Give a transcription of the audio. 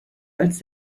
als